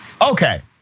Okay